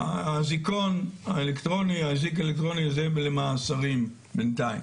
האזיק האלקטרוני זה למאסרים, בנתיים.